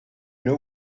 know